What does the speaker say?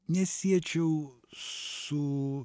nesiečiau su